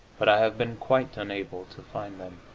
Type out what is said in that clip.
but i have been quite unable to find them.